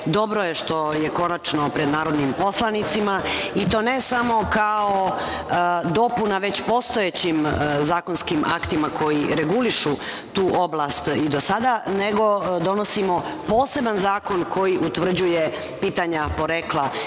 Dobro je što je konačno pred narodnim poslanicima, i to ne samo kao dopuna, već postojećim zakonskim aktima koji regulišu tu oblast i do sada, nego donosimo poseban zakon koji utvrđuje pitanja porekla